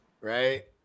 right